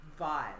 Vibe